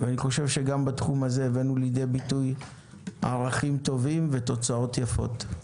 אני חושב שגם בתחום הזה הבאנו לידי ביטוי ערכים טובים ותוצאות יפות.